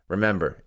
Remember